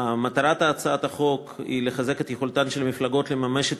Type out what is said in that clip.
מטרת הצעת החוק היא לחזק את יכולתן של מפלגות לממש את